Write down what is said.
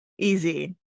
easy